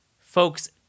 Folks